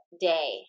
day